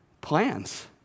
plans